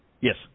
Yes